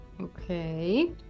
okay